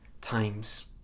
times